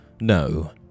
No